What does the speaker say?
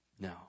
No